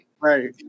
Right